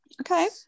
Okay